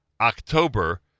October